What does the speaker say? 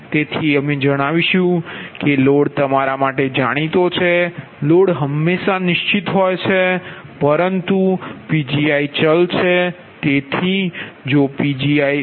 તેથી અમે જાણાવીશું કે લોડ તમારા માટે જાણીતો છે લોડ હંમેશા નિશ્ચિત હોય છે પરંતુ Pgi ચલ છે